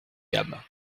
gamme